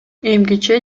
эмгиче